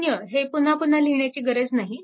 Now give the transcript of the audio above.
0 हे पुन्हा पुन्हा लिहिण्याची गरज नाही